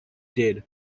did